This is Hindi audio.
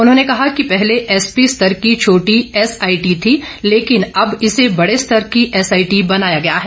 उन्होंने कहा कि पहले एसपी स्तर की छोटी एसआईटी थी लेकिन अब इसे बड़े स्तर की एसआईटी बनाया गया है